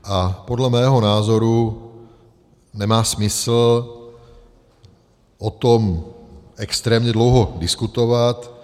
A podle mého názoru nemá smysl o tom extrémně dlouho diskutovat.